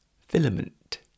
Filament